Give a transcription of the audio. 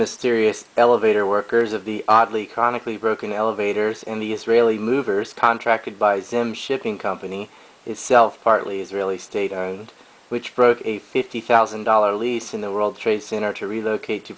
mysterious elevator workers of the oddly comically broken elevators in the israeli movers contracted by them shipping company itself partly israeli state which broke a fifty thousand dollar least in the world trade center to relocate to